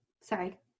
Sorry